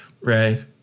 right